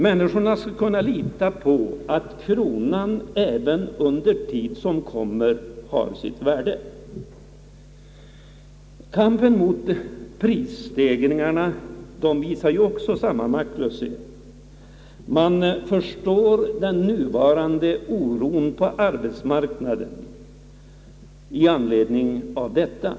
Människorna skall kunna lita på att kronan har sitt värde även under tid som kommer. Kampen mot prisstegringarna visar samma maktlöshet. Man förstår den nuvarande oron på arbetsmarknaden i anledning av detta.